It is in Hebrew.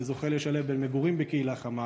אני זוכה לשלב בין מגורים בקהילה חמה,